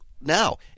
now